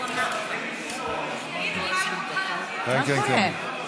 מה קורה?